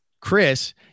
Chris